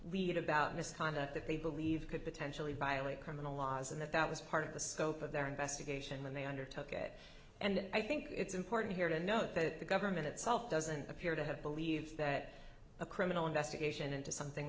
lead about misconduct that they believe could potentially violate criminalizing that that was part of the scope of their investigation when they undertook at and i think it's important here to note that the government itself doesn't appear to have believed that a criminal investigation into something